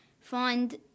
find